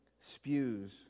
spews